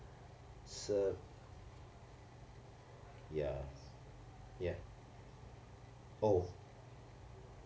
sa~ ya ya oh